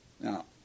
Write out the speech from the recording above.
Now